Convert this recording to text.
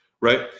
right